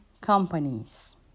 companies